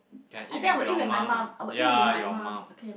I think I will eat with my mum I will eat with my mum okay